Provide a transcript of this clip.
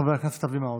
חבר הכנסת אבי מעוז.